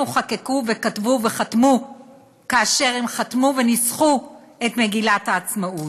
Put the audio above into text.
חקקו וכתבו וחתמו כאשר הם חתמו וניסחו את מגילת העצמאות.